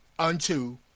unto